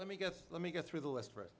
let me guess let me go through the list for